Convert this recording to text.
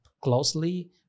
closely